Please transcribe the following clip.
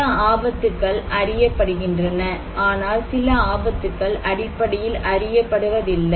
சில ஆபத்துகள் அறியப்படுகின்றன ஆனால் சில ஆபத்துகள் அடிப்படையில் அறியப்படுவதில்லை